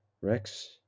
Rex